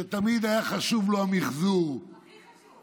שתמיד היה חשוב לו המחזור, הכי חשוב.